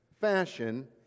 fashion